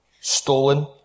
stolen